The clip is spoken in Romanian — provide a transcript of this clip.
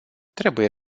trebuie